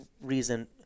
reason